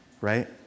right